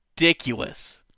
Ridiculous